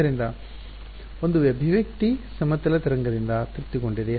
ಆದ್ದರಿಂದ ಒಂದು ಅಭಿವ್ಯಕ್ತಿ ಸಮತಲ ತರಂಗದಿಂದ ತೃಪ್ತಿಗೊಂಡಿದೆ